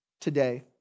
Today